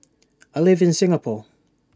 I live in Singapore